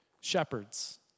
shepherds